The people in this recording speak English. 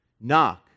Knock